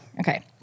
Okay